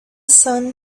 sun